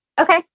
Okay